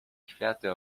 kwiaty